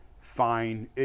fine